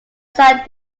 san